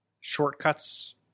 shortcuts